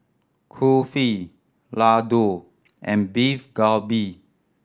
Kulfi Ladoo and Beef Galbi